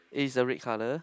it is the red colour